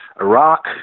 Iraq